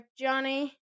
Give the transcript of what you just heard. Johnny